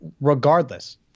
Regardless